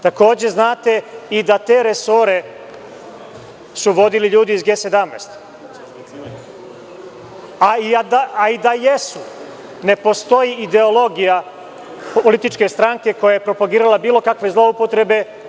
Takođe znate i da te resore su vodili ljudi iz G17, a i da jesu, ne postoji ideologija političke stranke koja je propagirala bilo kakve zloupotrebe.